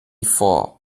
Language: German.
vor